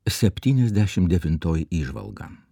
septyniasdešim devintoji įžvalga